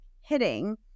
hitting